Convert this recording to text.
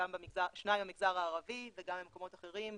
שניים במגזר הערבי וגם במקומות אחרים,